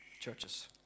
churches